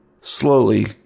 Slowly